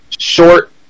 Short